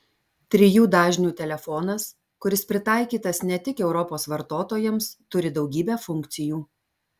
trijų dažnių telefonas kuris pritaikytas ne tik europos vartotojams turi daugybę funkcijų